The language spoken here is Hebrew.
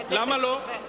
אתה מצטט, למה לא?